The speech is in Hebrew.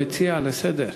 המציע לסדר-היום,